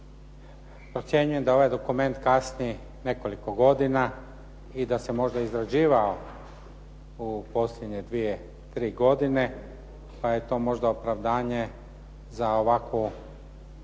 Procjenjujem da ovaj dokument kasni nekoliko godina i da se možda izrađivao u posljednje dvije, tri godine pa je to možda opravdanje za ovakvu